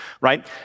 Right